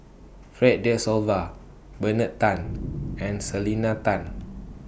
Fred De Souza Bernard Tan and Selena Tan